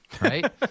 right